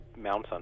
mountain